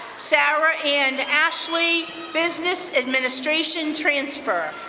sarah anne ashley, business administration transfer.